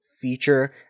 feature